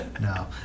No